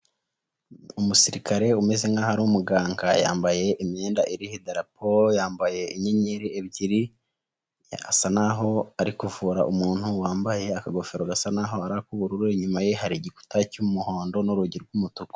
Umusirikare umeze nk'ahariri umuganga yambaye imyenda iriho idaraporo, yambaye inyenyeri ebyiri asa naho ari kuvura umuntu wambaye akagofero gasa naho ari ak'ubururu, inyuma ye hari igikuta cy'umuhondo n'urugi rw'umutuku.